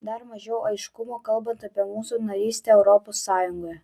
dar mažiau aiškumo kalbant apie mūsų narystę europos sąjungoje